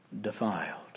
defiled